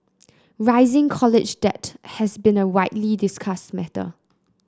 rising college debt has been a widely discussed matter